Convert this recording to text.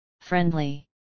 Friendly